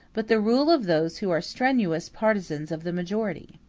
but the rule of those who are strenuous partisans of the majority.